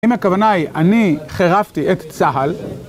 אם הכוונה היא, אני חירפתי את צה"ל